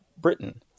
Britain